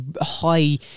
high